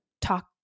talk